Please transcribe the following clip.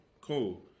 cool